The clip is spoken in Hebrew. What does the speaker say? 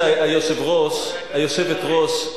שהיושבת-ראש,